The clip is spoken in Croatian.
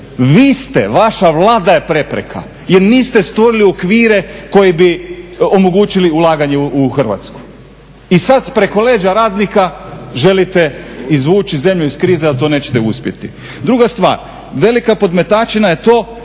vi ste, vaša Vlada je prepreka jer niste stvorili okvire koji bi omogućili ulaganje u Hrvatsku. I sad preko leđa radnika želite izvući zemlju iz krize, a to nećete uspjeti. Druga stvar, velika podmetačina je to